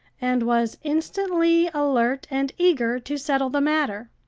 and was instantly alert and eager to settle the matter.